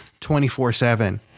24-7